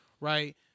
right